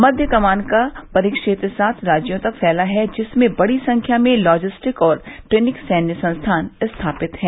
मध्य कमान का परिक्षेत्र सात राज्यों तक फैला है जिसमें बड़ी संख्या में लॉजिस्टिक और ट्रेनिक सैन्य संस्थान स्थापित है